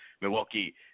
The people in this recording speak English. Milwaukee